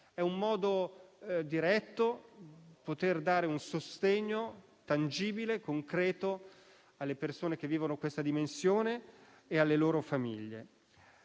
È un modo diretto per dare un sostegno tangibile e concreto alle persone che vivono una tale dimensione e alle loro famiglie.